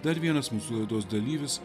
dar vienas mūsų laidos dalyvis